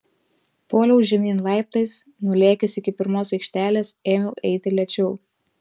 puoliau žemyn laiptais nulėkęs iki pirmos aikštelės ėmiau eiti lėčiau